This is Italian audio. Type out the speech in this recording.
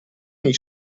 nei